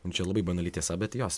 nu čia labai banali tiesa bet jos